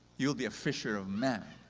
you'll be a fisher of man.